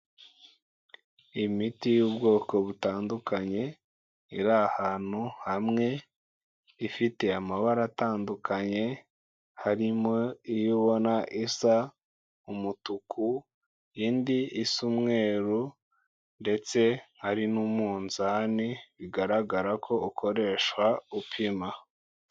Imiti y'ubwoko butandukanye iri ahantu hamwe, ifite amabara atandukanye, harimo iyo ubona isa umutuku, indi isa umweru ndetse hari n'umunzani bigaragara ko ukoreshwa upima.